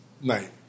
night